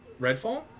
Redfall